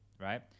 right